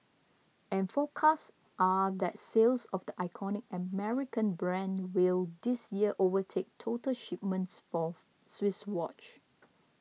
and forecasts are that sales of the iconic American brand will this year overtake total shipments of Swiss watch